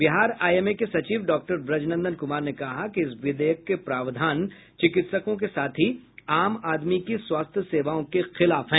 Bihar IMA के सचिव doctor Brajnandan Kumar ने कहा कि इस विधेयक के प्रावधान चिकित्सकों के साथ ही आम आदमी की स्वास्थ्य सेवाओं के खिलाफ है